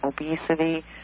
obesity